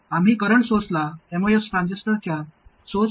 आम्ही करंट सोर्सला एमओएस ट्रान्झिस्टरच्या सोर्स टर्मिनलशी जोडतो